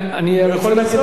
הוא יכול לנסות.